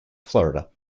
florida